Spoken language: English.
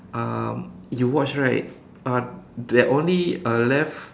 um you watch right uh that only uh left